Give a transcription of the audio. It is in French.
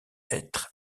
être